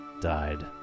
died